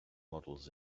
models